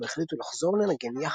והחליטו לחזור לנגן יחד.